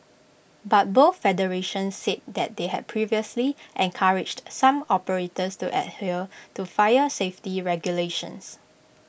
but both federations said that they had previously encouraged some operators to adhere to fire safety regulations